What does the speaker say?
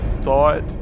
thought